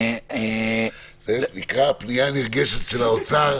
זאת נקראת פנייה נרגשת של האוצר.